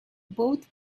both